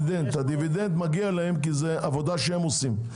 הדיבידנד מגיע להם כי זה עבודה שהם עושים.